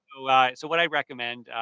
like so what i recommend,